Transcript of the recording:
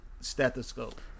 stethoscope